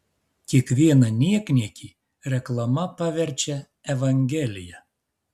kiekvieną niekniekį reklama paverčia evangelija